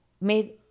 made